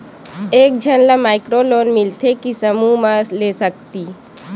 एक झन ला माइक्रो लोन मिलथे कि समूह मा ले सकती?